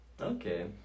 okay